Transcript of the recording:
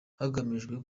hagamijwe